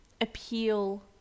appeal